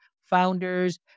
founders